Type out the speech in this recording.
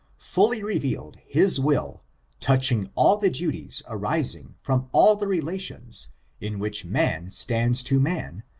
fully revealed his will touching all the duties arising from all the relations in which man stands to man,